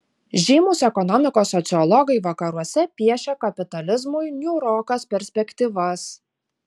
žymūs ekonomikos sociologai vakaruose piešia kapitalizmui niūrokas perspektyvas